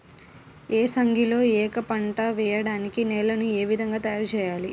ఏసంగిలో ఏక పంటగ వెయడానికి నేలను ఏ విధముగా తయారుచేయాలి?